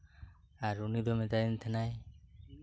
ᱟᱨ ᱩᱱᱤ ᱫᱚ ᱢᱮᱛᱟ ᱫᱤᱧ ᱛᱟᱸᱦᱮ ᱱ ᱟᱭ